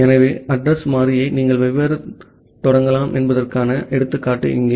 ஆகவே அட்ரஸ் மாறியை நீங்கள் எவ்வாறு தொடங்கலாம் என்பதற்கான எடுத்துக்காட்டு இங்கே